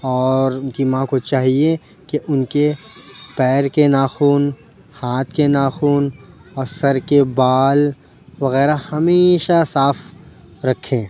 اور اُن کی ماں کو چاہیے کہ اُن کے پیر کے ناخن ہاتھ کے ناخن اور سر کے بال وغیرہ ہمیشہ صاف رکھیں